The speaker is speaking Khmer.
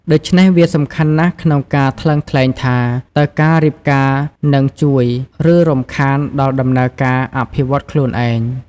ដូច្នេះ វាសំខាន់ណាស់ក្នុងការថ្លឹងថ្លែងថា តើការរៀបការនឹងជួយ ឬរំខានដល់ដំណើរការអភិវឌ្ឍន៍ខ្លួនឯង។